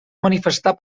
manifestar